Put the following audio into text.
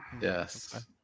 Yes